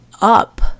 up